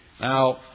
now